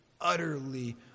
utterly